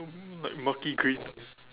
like murky green